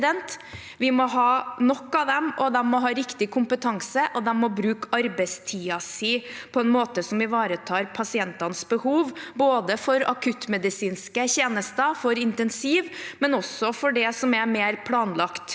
Vi må ha nok av dem, de må ha riktig kompetanse, og de må bruke arbeidstiden sin på en måte som ivaretar pasientenes behov, både for akuttmedisinske tjenester, for intensiv og for det som er mer planlagt.